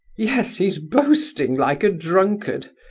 yes, he's boasting like a drunkard,